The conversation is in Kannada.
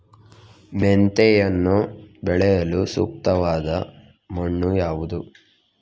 ಮೆಂತೆಯನ್ನು ಬೆಳೆಯಲು ಸೂಕ್ತವಾದ ಮಣ್ಣು ಯಾವುದು?